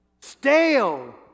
Stale